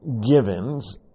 givens